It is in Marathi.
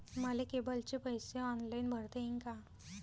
मले केबलचे पैसे ऑनलाईन भरता येईन का?